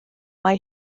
mae